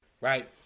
right